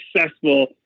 successful